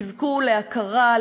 יזכו להכרה,